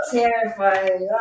terrifying